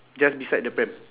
just beside the pram